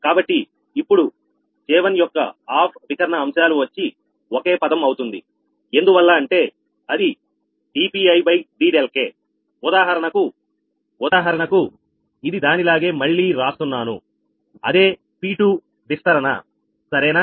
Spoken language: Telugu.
కాబట్టి ఇప్పుడుJ1 యొక్క ఆఫ్ వికర్ణ అంశాలు వచ్చి ఒకే పదం అవుతుంది ఎందువల్ల అంటే అది dpidδk ఉదాహరణకు ఉదాహరణకు ఇది దానిలాగే మళ్లీ రాస్తున్నాను అదే P2 విస్తరణ సరేనా